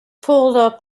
pulled